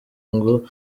ngo